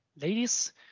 ladies